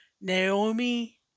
Naomi